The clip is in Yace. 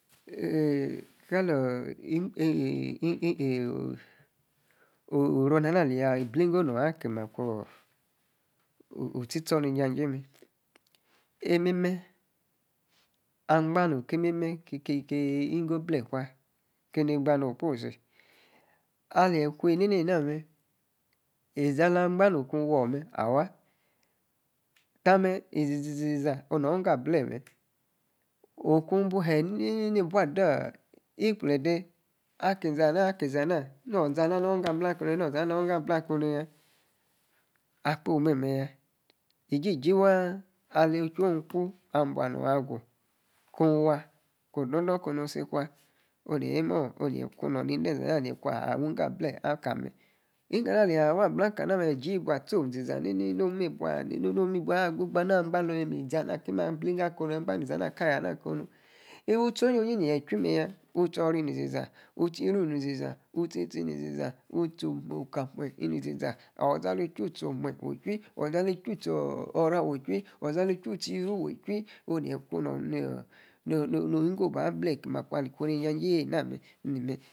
kalor, oro-na-ana aleyi abinggo-nor. aki makuu ostietor. ni-ijajie. imime a agba. oh ki imime. keney. winggo biee kpa keneg gba no-okposi. ali. ikw eme-ne-ma za na agban no. kuun wor mer awa tamer. iz-zi-za oh na niggor. abli-mer. oku buu hani-ni nubua. adi-ikplede aki izene aki izena. nor izana a na-winggo ablee akanya no-zana na-winggo ablee akunya-akpo memeya. ijijie waa. ale-echu. iku abua-nor. agu ku waa. ko-odo-dor kimu-si kwa. oh neyi-imioh ono-neyi ikuno. nende-eze-ana mer. neyi iku awi-niggo ablee. aka mer. ngoo ana aleyi awa ablaka namer nie-egee. bua torm. izi-za na agban. eyi ni-izana. aki blinggo akunu-izana. kayama akunu. iwi utie oh-yi-yi neyie chwi mer yaa. ostie ora. ini-zi-za ostie. yie tuu. eni-zi za ostu-tie. eni-ziza. nu-tie. oka wumeryi. ini-ziza. orr. eizi-ali-eluii. oza-li-chu-ostie-ora. iwi-chwi. oza li-chu-tie-yie-ru. wu-chwi. no-no. niggo aba blee ki-ma-kwa ali. kun. ijajieyi. ni-mer